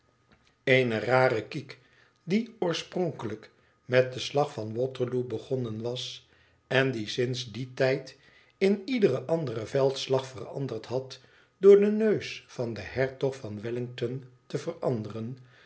eene maat noemden een rarekiek die oorspronkelijk met den slag van waterloo begonnen was en dien smds dien tijd in iederen anderen veldslag veranderd had door den neus van den hertog van wellington te veranderen